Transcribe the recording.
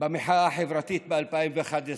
במחאה החברתית ב-2011.